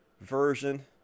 version